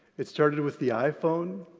it started with the iphone,